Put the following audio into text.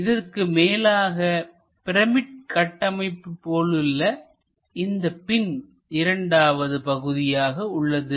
இதற்கு மேலாக பிரமிட் கட்டமைப்பு போலுள்ள இந்த பின் இரண்டாவது பகுதியாக உள்ளது